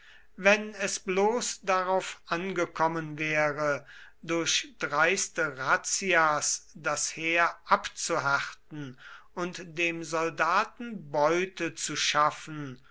wenn es bloß darauf angekommen wäre durch dreiste razzias das heer abzuhärten und dem soldaten beute zu schaffen